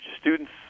students